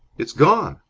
it's gone!